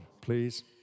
please